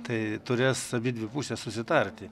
tai turės abidvi pusės susitarti